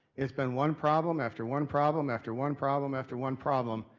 it's been one problem after one problem after one problem after one problem.